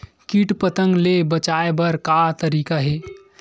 कीट पंतगा ले बचाय बर का तरीका हे?